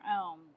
own